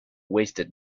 wasted